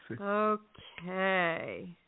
Okay